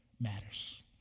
matters